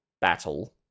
battle